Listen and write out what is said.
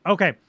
Okay